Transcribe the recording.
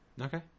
Okay